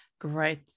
great